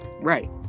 Right